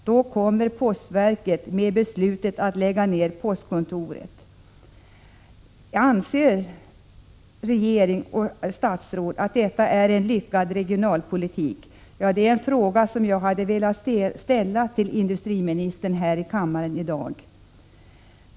Då kommer postverket med beslutet att lägga ned postkontoret. Anser regeringen och statsrådet att detta är en lyckad regionalpolitik? Ja, det är en fråga som jag hade velat ställa till industriministern här i dag.